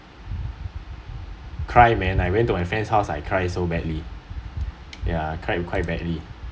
cry man I went to my friend's house I cry so badly yeah I cried quite badly